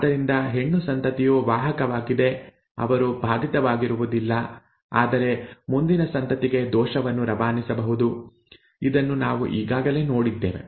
ಆದ್ದರಿಂದ ಹೆಣ್ಣು ಸಂತತಿಯು ವಾಹಕವಾಗಿದೆ ಅವರು ಬಾಧಿತವಾಗಿರುವುದಿಲ್ಲ ಆದರೆ ಮುಂದಿನ ಸಂತತಿಗೆ ದೋಷವನ್ನು ರವಾನಿಸಬಹುದು ಇದನ್ನು ನಾವು ಈಗಾಗಲೇ ನೋಡಿದ್ದೇವೆ